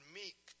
meek